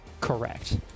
Correct